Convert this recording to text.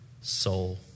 soul